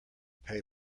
pay